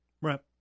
Right